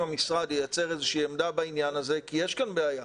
המשרד ייצר איזושהי עמדה בעניין הזה כי יש כאן בעיה,